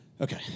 Okay